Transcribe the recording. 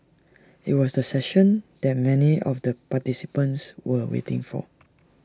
IT was the session that many of the participants were waiting for